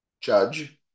judge